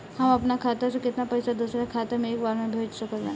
हम अपना खाता से केतना पैसा दोसरा के खाता मे एक बार मे भेज सकत बानी?